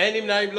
8 נמנעים,